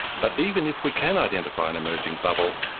but even if we can identify an emerging bubble,